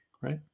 right